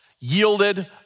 yielded